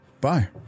Bye